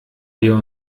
wir